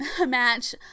match